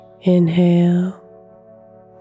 inhale